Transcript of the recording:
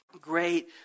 great